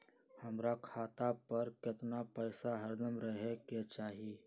हमरा खाता पर केतना पैसा हरदम रहे के चाहि?